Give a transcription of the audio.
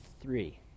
three